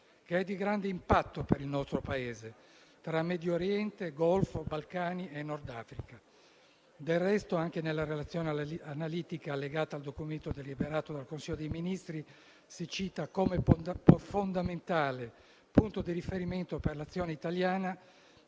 che è di grande impatto per il nostro Paese, tra Medioriente, Golfo, Balcani e Nordafrica. Del resto, anche nella relazione analitica allegata al documento deliberato dal Consiglio dei Ministri si cita come fondamentale punto di riferimento per l'azione italiana